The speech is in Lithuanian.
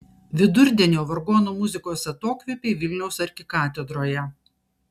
vidurdienio vargonų muzikos atokvėpiai vilniaus arkikatedroje